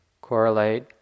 correlate